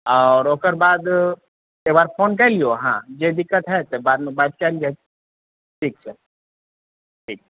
आओर ओकरबाद एकबार फोन कए लियौ अहाँ जे दिक्कत हाएत से बादमे बात कएल जाएत ठीक छै ठीक